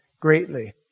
greatly